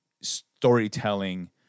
storytelling